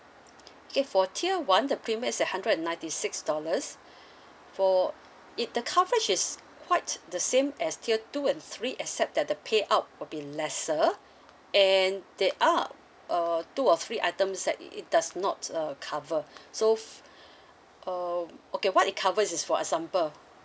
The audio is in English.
okay for tier one the premium is at hundred and ninety six dollars for it the coverage is quite the same as tier two and three except that the payout will be lesser and there are uh two or three items that it does not uh cover so f~ um okay what it covers is for example